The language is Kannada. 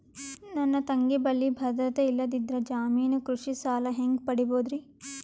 ನನ್ನ ತಂಗಿ ಬಲ್ಲಿ ಭದ್ರತೆ ಇಲ್ಲದಿದ್ದರ, ಜಾಮೀನು ಕೃಷಿ ಸಾಲ ಹೆಂಗ ಪಡಿಬೋದರಿ?